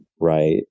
right